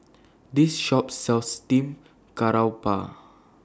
This Shop sells Steamed Garoupa